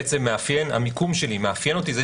המיקום שלי מאפיין אותי?